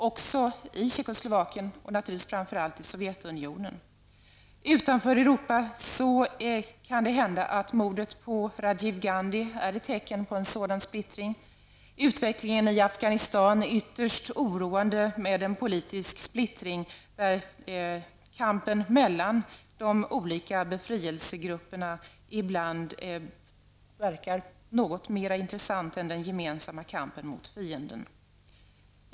Vi ser den även i Tjeckoslovakien och naturligtvis framför allt i Sovjetunionen. Utanför Europa kan det hända att mordet på Rajiv Gandhi är ett tecken på en sådan splittring. Utvecklingen i Afghanistan är ytterst oroande, med en politisk splittring, där kampen mellan de olika befrielsegrupperna ibland verkar vara något mer intressant än den gemensamma kampen mot fienden.